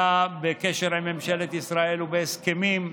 הוא היה בקשר עם ממשלת ישראל, ובהסכמים,